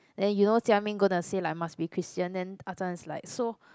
then you know Jia-Ming gonna say like must be Christian then Ah-Chong is like so